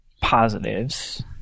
positives